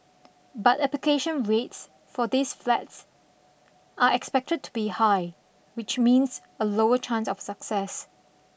but application rates for these flats are expected to be high which means a lower chance of success